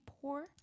poor